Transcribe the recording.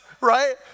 right